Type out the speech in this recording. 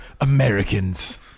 Americans